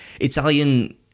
Italian